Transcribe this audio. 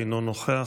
אינו נוכח,